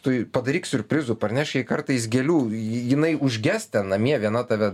tu padaryk siurprizų parnešk jai kartais gėlių jinai užges ten namie viena tave